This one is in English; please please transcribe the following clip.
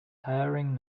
hiring